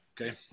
Okay